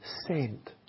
sent